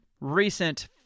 recent